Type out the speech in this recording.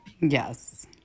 Yes